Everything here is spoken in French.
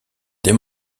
des